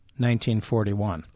1941